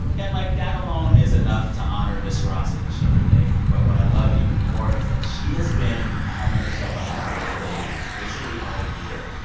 and, like, that alone is enough to honor miss ross in the show today. but what i love even more is that she has been having herself a happy birthday basically all year.